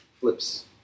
flips